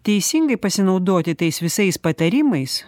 teisingai pasinaudoti tais visais patarimais